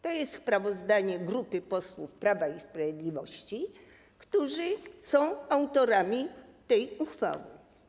To jest sprawozdanie grupy posłów Prawa i Sprawiedliwości, którzy są autorami tej uchwały.